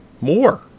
More